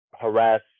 harass